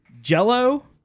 Jello